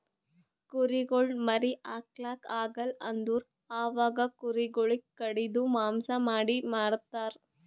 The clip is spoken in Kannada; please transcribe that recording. ಕುರಿಗೊಳ್ ಮರಿ ಹಾಕ್ಲಾಕ್ ಆಗಲ್ ಅಂದುರ್ ಅವಾಗ ಕುರಿ ಗೊಳಿಗ್ ಕಡಿದು ಮಾಂಸ ಮಾಡಿ ಮಾರ್ತರ್